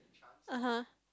(uh huh)